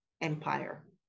empire